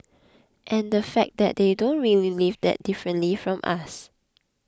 and the fact that they don't really live that differently from us